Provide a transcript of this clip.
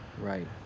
Right